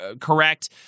correct